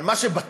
אבל מה שבטוח,